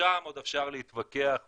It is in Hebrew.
שם עוד אפשר להתווכח ולהגיד,